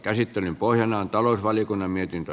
käsittelyn pohjana on talousvaliokunnan mietintö